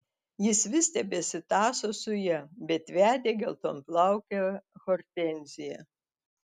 jis vis tebesitąso su ja bet vedė geltonplaukę hortenziją